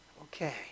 Okay